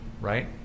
right